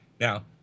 Now